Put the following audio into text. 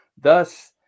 Thus